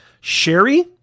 Sherry